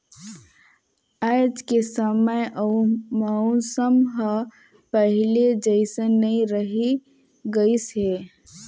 आयज के समे अउ मउसम हर पहिले जइसन नइ रही गइस हे